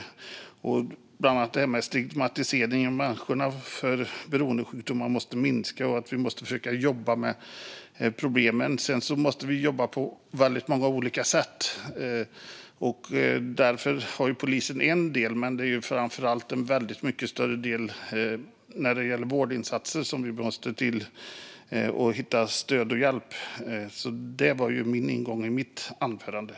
Jag tog bland annat upp att stigmatiseringen av människor med beroendesjukdomar måste minska och att vi måste jobba med problemen. Sedan måste vi jobba på väldigt många olika sätt. Polisen har en del. Men en väldigt mycket större del handlar om vårdinsatser som måste till, och man måste ge stöd och hjälp. Det var min ingång i anförandet.